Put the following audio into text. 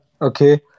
okay